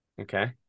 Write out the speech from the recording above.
Okay